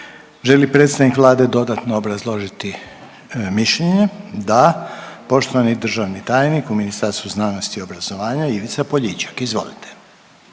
li predstavnik Vlade dodatno obrazložiti mišljenje? Da, poštovani državni tajnik u Ministarstvu znanosti i obrazovanja Ivica Poljičak. Izvolite.